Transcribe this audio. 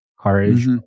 courage